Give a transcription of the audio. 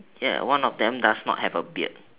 ya one of them does not have a beard